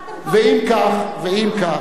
אתם עצרתם כל יוזמת חקיקה.